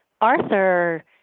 Arthur